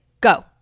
Go